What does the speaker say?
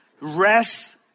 Rest